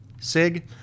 Sig